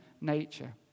nature